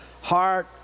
Heart